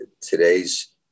today's